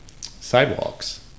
Sidewalks